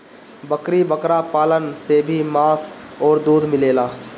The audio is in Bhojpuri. बकरी बकरा पालन से भी मांस अउरी दूध मिलेला